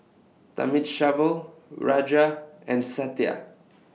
Thamizhavel Raja and Satya